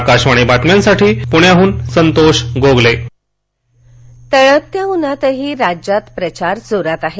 आकाशवाणी बातम्यांसाठी पूण्याहून संतोष गोगले प्रचार तळपत्या उन्हातही राज्यात प्रचार जोरात आहे